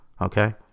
Okay